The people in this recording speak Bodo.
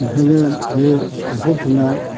ओंखायनो बे एम्फौ फिनाय